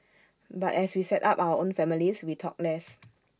but as we set up our own families we talked less